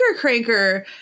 cranker